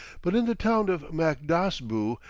but in the town of makdasbu,